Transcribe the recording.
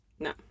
No